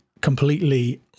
completely